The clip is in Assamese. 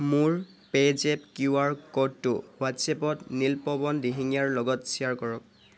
মোৰ পে'জেপ কিউআৰ ক'ডটো হোৱাট্ছএপত নীলপৱন দিহিঙীয়াৰ লগত শ্বেয়াৰ কৰক